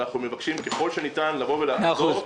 אנחנו מבקשים ככל שניתן לעזור,